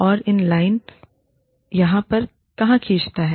और एक लाइन यहाँ पर कहाँ खींचता है